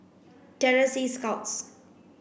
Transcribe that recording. Terror Sea Scouts